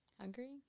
Hungry